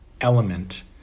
element